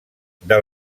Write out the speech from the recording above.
del